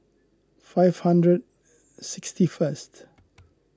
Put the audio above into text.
five hundred sixty first